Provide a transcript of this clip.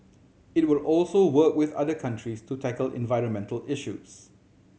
it will also work with other countries to tackle environmental issues